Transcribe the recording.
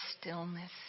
stillness